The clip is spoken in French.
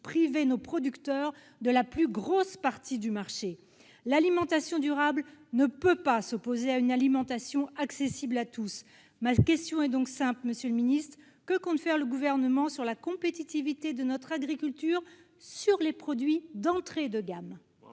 priver nos producteurs de la plus grosse partie du marché. L'alimentation durable ne peut pas s'opposer à une alimentation accessible à tous. Ma question est donc simple, monsieur le ministre : que compte faire le Gouvernement pour la compétitivité de notre agriculture sur les produits d'entrée de gamme ?